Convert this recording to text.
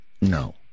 No